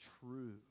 true